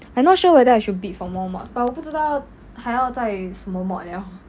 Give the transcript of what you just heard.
I not sure whether I should bid for more mods but 我不知道要还要在什么 mod liao